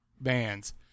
bands